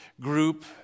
group